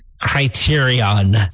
criterion